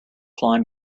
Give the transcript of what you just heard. flying